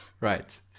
Right